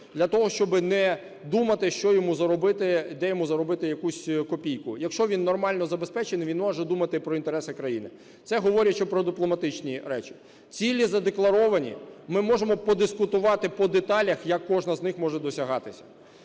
для того щоб йому не думати, де йому заробити якусь копійку. Якщо він нормально забезпечений, він може думати про інтереси країни. Це говорячи про дипломатичні речі. Цілі задекларовані. Ми можемо подискутувати по деталях, як кожна з них може досягатися.